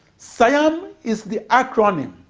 siam is the acronym